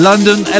London